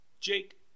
Jake